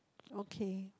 okay